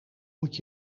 moet